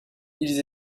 ils